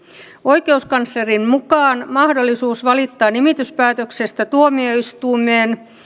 oikeuskanslerin mukaan mahdollisuus valittaa nimityspäätöksestä tuomioistuimeen